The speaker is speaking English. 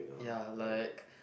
ya like